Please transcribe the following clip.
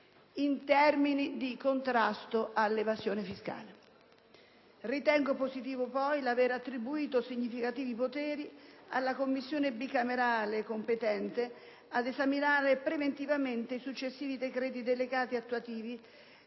in termini di contrasto dell'evasione fiscale. Ritengo positivo, poi, l'aver attribuito significativi poteri alla Commissione bicamerale competente ad esaminare preventivamente i successivi decreti delegati attuativi